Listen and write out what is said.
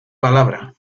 palabra